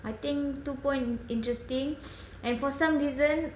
I think tu pun interesting and for some reason